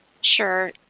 sure